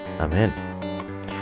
amen